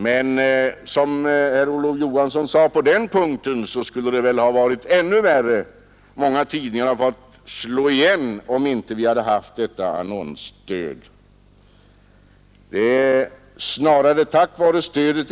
Men, som herr Olof Johansson sade på, den punkten, det skulle väl ha varit ännu värre — många tidningar hade fått slå igen — om vi inte hade haft detta presstöd. Det är väl snarare tack vare presstödet